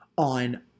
on